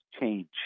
change